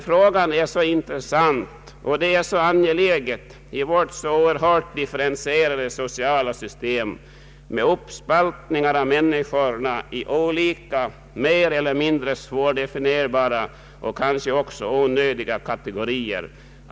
Frågan är intressant, och det är angeläget att man närmare penetrerar den med tanke på vårt så oerhört differentierade sociala system med uppspaltning av människorna i olika mer eller mindre svårdefinierbara och kanske också onödiga kategorier.